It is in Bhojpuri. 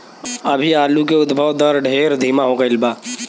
अभी आलू के उद्भव दर ढेर धीमा हो गईल बा